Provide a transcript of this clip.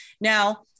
now